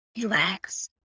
relax